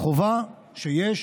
החובה שיש